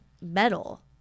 metal